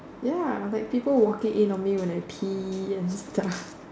ya like people walking in on me when I pee and stuff